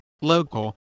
local